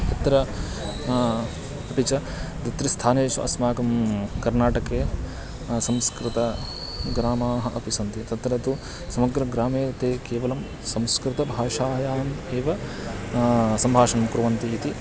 तत्र अपि च द्वित्रिस्थानेषु अस्माकं कर्नाटके संस्कृतग्रामाणि अपि सन्ति तत्र तु समग्रग्रामे ते केवलं संस्कृतभाषायाम् एव सम्भाषणं कुर्वन्ति इति